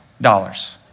dollars